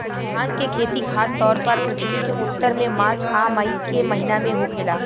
भांग के खेती खासतौर पर पृथ्वी के उत्तर में मार्च आ मई के महीना में होखेला